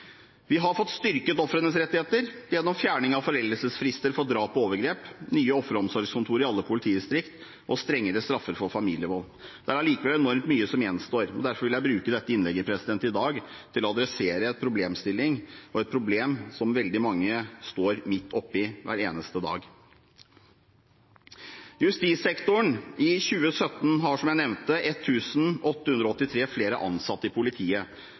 Vi har fått styrket ofrenes rettigheter gjennom fjerning av foreldelsesfristen for drap og overgrep, nye offeromsorgskontorer i alle politidistrikter og strengere straffer for familievold. Det er likevel enormt mye som gjenstår, og derfor vil jeg bruke dette innlegget i dag til å adressere en problemstilling og et problem som veldig mange står midt oppe i hver eneste dag. Justissektoren i 2017 har, som jeg nevnte, 1 883 flere ansatte i politiet,